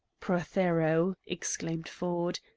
prothero! exclaimed ford,